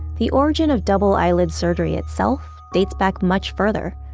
the origin of double eyelid surgery itself dates back much further,